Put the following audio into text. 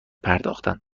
پرداختند